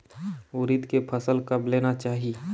उरीद के फसल कब लेना चाही?